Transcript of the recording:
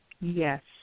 Yes